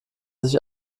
sich